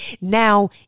Now